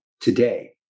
today